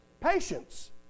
Patience